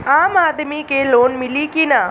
आम आदमी के लोन मिली कि ना?